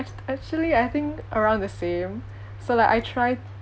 actually I think around the same so like I try